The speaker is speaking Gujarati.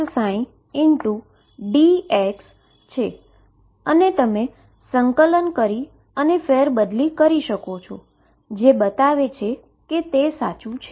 અને તમે ઈન્ટીગ્રેશન કરી અને ફેરબદલી કરી શકો છો જે બતાવે છે કે તે સાચુ છે